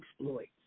exploits